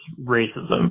racism